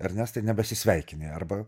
ernestai nebesisveikini arba